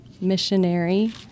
missionary